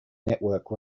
network